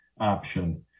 option